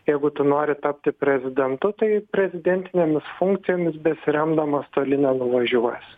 jeigu tu nori tapti prezidentu tai prezidentinėmis funkcijomis besiremdamas toli nenuvažiuosi